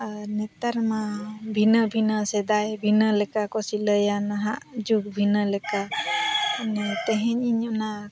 ᱟᱨ ᱱᱮᱛᱟᱨᱼᱢᱟ ᱵᱷᱤᱱᱟᱹ ᱵᱷᱤᱱᱟᱹ ᱥᱮᱫᱟᱭ ᱵᱷᱤᱱᱟᱹ ᱞᱮᱠᱟ ᱠᱚ ᱥᱤᱞᱟᱹᱭᱟ ᱱᱟᱦᱟᱜ ᱡᱩᱜᱽ ᱵᱷᱤᱱᱟᱹ ᱞᱮᱠᱟ ᱢᱟᱱᱮ ᱛᱮᱦᱮᱧ ᱤᱧ ᱚᱱᱟ